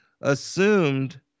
assumed